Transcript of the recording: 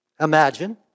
imagine